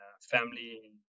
family